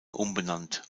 umbenannt